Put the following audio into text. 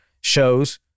shows